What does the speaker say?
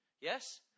Yes